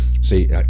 see